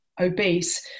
obese